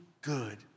good